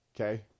Okay